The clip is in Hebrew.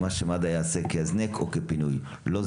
מה שמד"א יעשה כהזנק או כפינוי הוא לא עניין טכני.